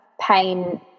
pain